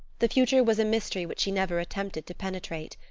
the future was a mystery which she never attempted to penetrate.